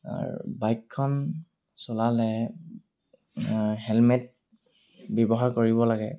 বাইকখন চলালে হেলমেট ব্যৱহাৰ কৰিব লাগে